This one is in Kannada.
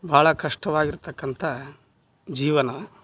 ಭಾಳ ಕಷ್ಟವಾಗಿರ್ತಕ್ಕಂಥ ಜೀವನ